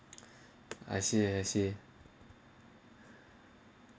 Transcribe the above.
I see I see